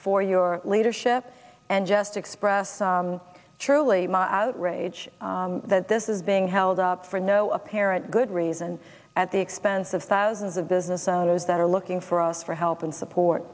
for your leadership and just express truly my outrage that this is being held up for no apparent good reason at the expense of thousands of business owners that are looking for us for help and support